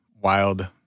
wild